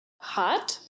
hot